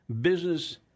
Business